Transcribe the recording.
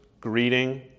greeting